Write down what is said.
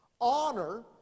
Honor